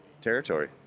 Territory